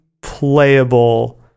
playable